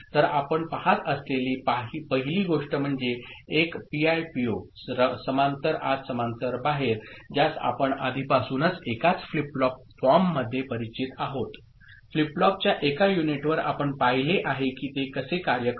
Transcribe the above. तर आपण पहात असलेली पहिली गोष्ट म्हणजे एक पीआयपीओ समांतर आत समांतर बाहेर ज्यास आपण आधीपासूनच एकाच फ्लिप फ्लॉप फॉर्ममध्ये परिचित आहोत फ्लिप फ्लॉपच्या एका युनिटवर आपण पाहिले आहे की ते कसे कार्य करते